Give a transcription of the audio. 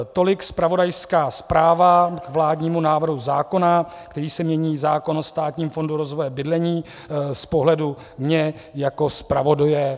Tolik zpravodajská zpráva k vládnímu návrhu zákona, kterým se mění zákon o Státním fondu rozvoje bydlení z pohledu mne jako zpravodaje.